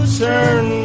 turn